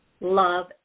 love